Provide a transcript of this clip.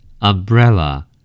Umbrella